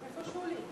איפה שולי?